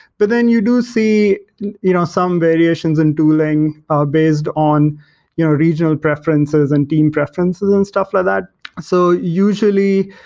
but then you do see you know some variations in tooling ah based on you know regional preferences and team preferences and stuff like that so usually,